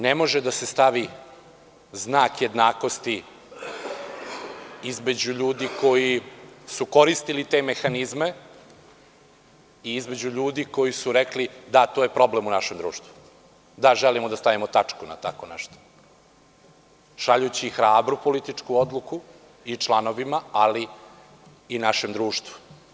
Ne može da se stavi znak jednakosti između ljudi koji su koristili te mehanizme i između ljudi koji su rekli – da, to je problem u našem društvu, da, želimo da stavimo tačku na tako nešto, šaljući hrabru političku odluku i članovima, ali i našem društvu.